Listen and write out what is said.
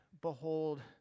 behold